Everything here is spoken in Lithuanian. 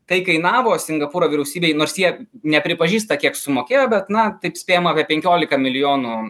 tai kainavo singapūro vyriausybei nors jie nepripažįsta kiek sumokėjo bet na taip spėjama kad penkiolika milijonų